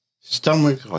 Stomach